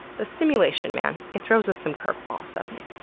the simulation, man. it throws us some curveballs, doesn't it?